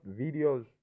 videos